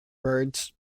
birds